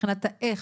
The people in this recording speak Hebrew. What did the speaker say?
מבחינת ה-"איך".